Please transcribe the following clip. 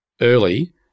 early